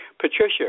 Patricia